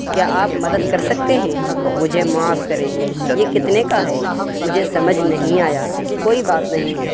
کیا آپ مدد کر سکتے ہیں مجھے معاف کریں یہ کتنے کا ہے مجھے سمجھ نہیں آیا کوئی بات نہیں